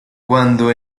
cuando